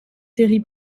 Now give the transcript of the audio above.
séries